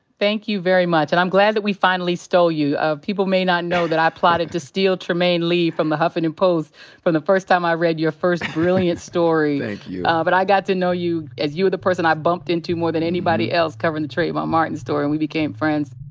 thank you very much. and i'm glad that we finally stole you. people may not know that i plotted to steal trymaine lee from the huffington post from the first time i read your first brilliant story. thank you. ah but i got to know you as you were the person i bumped into more than anybody else covering the trayvon martin story. and we became friends.